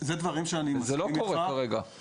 אבל זה לא קורה כרגע.